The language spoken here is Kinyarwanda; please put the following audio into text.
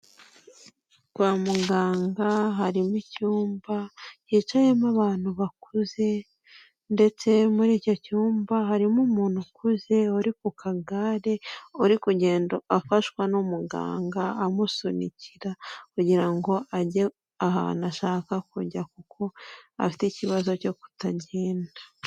Kwa muganga harimo icyumba, hicayemo abantu bakuze ndetse muri icyo cyumba harimo umuntu ukuze uri ku kagare, uri kugenda afashwa n'umuganga amusunikira kugira ngo ajye ahantu ashaka kujya kuko afite ikibazo cyo kutagenda.